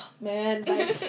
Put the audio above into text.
man